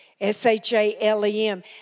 S-H-A-L-E-M